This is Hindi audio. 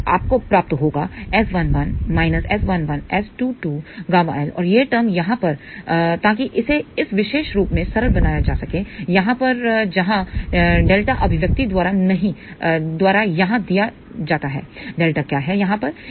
तो आपको प्राप्त होगा S11 S11S22ƬL और यह टर्म यहां पर ताकि इसे इस विशेष रूप में सरल बनाया जा सकेयहां पर जहां Δ अभीव्यक्ति द्वारा यहां दिया जाता है Δ क्या है यहां पर